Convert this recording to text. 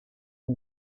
que